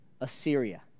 Assyria